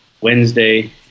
Wednesday